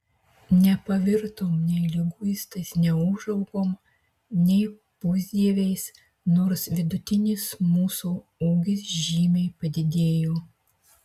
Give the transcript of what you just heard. nepavirtom nei liguistais neūžaugom nei pusdieviais nors vidutinis mūsų ūgis žymiai padidėjo